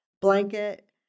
blanket